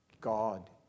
God